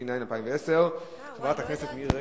התש"ע 2010. חברת הכנסת מירי רגב,